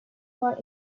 more